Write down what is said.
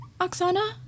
Oksana